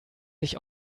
sich